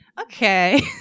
Okay